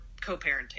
co-parenting